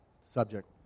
subject